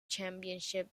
championship